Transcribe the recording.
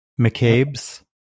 mccabe's